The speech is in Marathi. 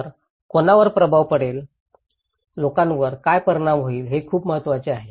तर कोणावर प्रभाव पडेल लोकांवर काय परिणाम होईल हे खूप महत्वाचे आहे